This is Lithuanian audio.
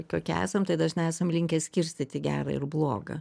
kokie esam tai dažnai esam linkę skirstyt į gerą ir blogą